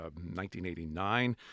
1989